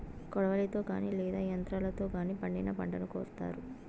కొడవలితో గానీ లేదా యంత్రాలతో గానీ పండిన పంటను కోత్తారు